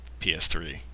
PS3